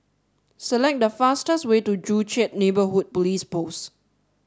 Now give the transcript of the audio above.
select the fastest way to Joo Chiat Neighbourhood Police Post